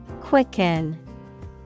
Quicken